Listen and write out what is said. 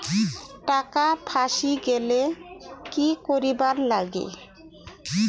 টাকা ফাঁসি গেলে কি করিবার লাগে?